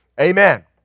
Amen